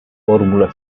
fórmula